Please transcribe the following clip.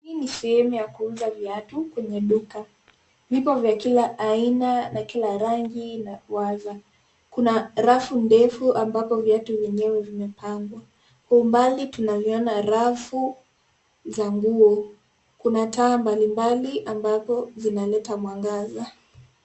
Hii ni sehemu ya kuuza viatu kwenye duka . Vipo vya kila aina na kila rangi na uaza. Kuna rafu ndefu ambapo viatu venyewe vimepangwa, kwa umbali tunaviona rafu za nguo . Kuna taa mbalimbali ambapo zinaleta mwangaza.